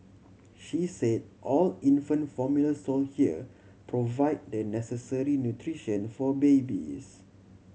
she say all infant formula sold here provide the necessary nutrition for babies